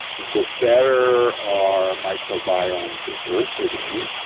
the better our microbiome diversity,